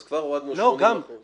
אז כבר הורדנו 80%. לא,